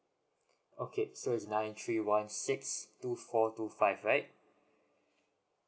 okay so it's nine three one six two four two five right